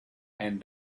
and